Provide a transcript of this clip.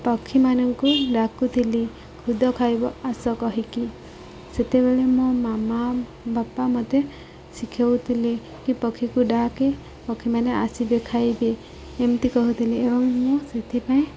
ପକ୍ଷୀମାନଙ୍କୁ ଡାକୁଥିଲି ଖୁଦ ଖାଇବ ଆସ କହିକି ସେତେବେଳେ ମୋ ମାମା ବାପା ମତେ ଶିଖଉଥିଲେ କି ପକ୍ଷୀକୁ ଡାକେ ପକ୍ଷୀମାନେ ଆସିବେ ଖାଇବେ ଏମିତି କହୁଥିଲେି ଏବଂ ମୁଁ ସେଥିପାଇଁ